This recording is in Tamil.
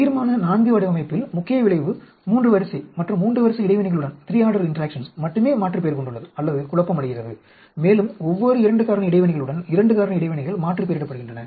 தீர்மான IV வடிவமைப்பில் முக்கிய விளைவு 3 வரிசை மற்றும் 3 வரிசை இடைவினைகளுடன் மட்டுமே மாற்றுப்பெயர் கொண்டுள்ளது அல்லது குழப்பமடைகிறது மேலும் ஒவ்வொரு 2 காரணி இடைவினைகளுடன் 2 காரணி இடைவினைகள் மாற்றுப்பெயரிடப்படுகின்றன